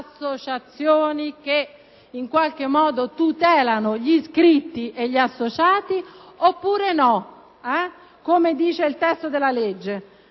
associazioni che in qualche modo tutelano gli iscritti e gli associati, oppure no, come recita il testo della legge?